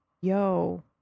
Yo